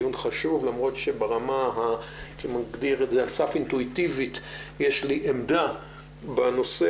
דיון חשוב ולמרות שברמה שהיא על סף אינטואיטיבית יש לי עמדה בנושא.